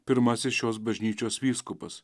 pirmasis šios bažnyčios vyskupas